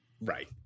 Right